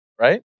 right